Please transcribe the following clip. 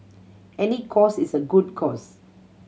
any cause is a good cause